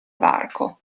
varco